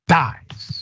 dies